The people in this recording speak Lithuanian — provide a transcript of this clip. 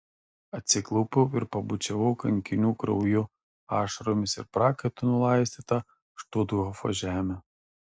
atsiklaupiau ir pabučiavau kankinių krauju ašaromis ir prakaitu nulaistytą štuthofo žemę